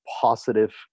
positive